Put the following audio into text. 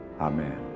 amen